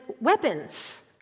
weapons